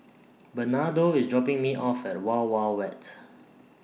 Bernardo IS dropping Me off At Wild Wild Wet